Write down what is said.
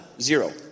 Zero